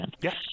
Yes